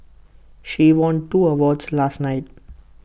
she won two awards last night